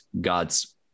God's